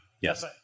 Yes